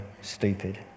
stupid